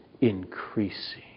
increasing